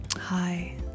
hi